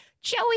Joey